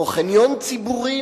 או חניון ציבורי,